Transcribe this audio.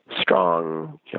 strong